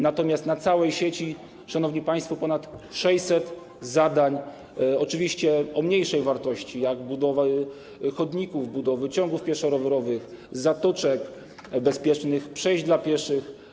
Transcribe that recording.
Natomiast w całej sieci, szanowni państwo, ponad 600 zadań, oczywiście o mniejszej wartości, jak budowy chodników, budowy ciągów pieszo-rowerowych, zatoczek, bezpiecznych przejść dla pieszych.